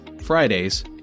Fridays